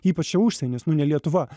ypač čia užsienis nu ne lietuva